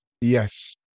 yes